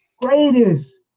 greatest